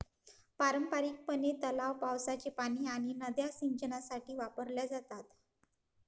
पारंपारिकपणे, तलाव, पावसाचे पाणी आणि नद्या सिंचनासाठी वापरल्या जातात